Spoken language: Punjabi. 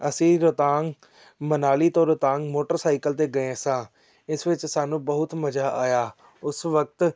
ਅਸੀਂ ਰੋਹਤਾਂਗ ਮਨਾਲੀ ਤੋਂ ਰੋਹਤਾਂਗ ਮੋਟਰਸਾਈਕਲ 'ਤੇ ਗਏ ਸਾਂ ਇਸ ਵਿੱਚ ਸਾਨੂੰ ਬਹੁਤ ਮਜ਼ਾ ਆਇਆ ਉਸ ਵਕਤ